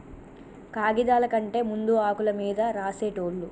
కాగిదాల కంటే ముందు ఆకుల మీద రాసేటోళ్ళు